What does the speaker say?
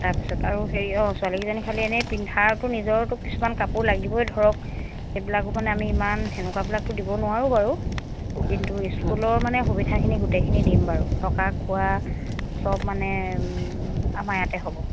তাৰপিছত আৰু হেৰি অ' ছোৱালীকেইজনী খালি এনেই পিন্ধাৰটো নিজৰতো কিছুমান কাপোৰ লাগিবই ধৰক সেইবিলাকো মানে আমি ইমান সেনেকুৱাবিলাকতো দিব নোৱাৰোঁ বাৰু কিন্তু স্কুলৰ মানে সুবিধাখিনি গোটেইখিনি দিম বাৰু থকা খোৱা চব মানে আমাৰ ইয়াতে হ'ব